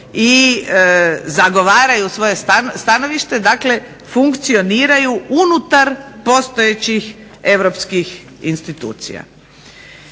i zagovaraju svoje stanovište. Dakle, funkcioniraju unutar postojećih europskih institucija.